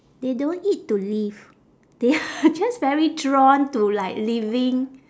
they don't eat to live they are just very drawn to like living